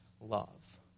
love